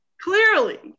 Clearly